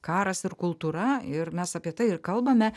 karas ir kultūra ir mes apie tai ir kalbame